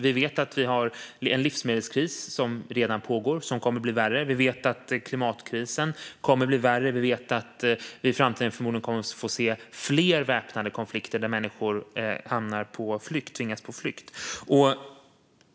Vi vet att det är en pågående livsmedelskris, och den kommer att bli värre. Vi vet att klimatkrisen kommer att bli värre. Vi vet att vi i framtiden förmodligen kommer att få se fler väpnade konflikter där människor tvingas på flykt.